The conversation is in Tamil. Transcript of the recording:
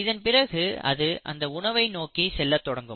இதன் பிறகு அது அந்த உணவை நோக்கி செல்லத் தொடங்கும்